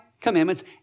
commandments